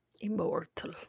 Immortal